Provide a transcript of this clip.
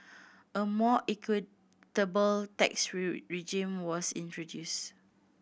a more equitable tax regime was introduced